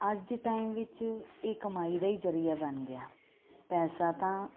ਅੱਜ ਦੇ ਟਾਈਮ ਵਿੱਚ ਇਹ ਕਮਾਈ ਦਾ ਹੀ ਜ਼ਰੀਆ ਬਣ ਗਿਆ ਪੈਸਾ ਤਾਂ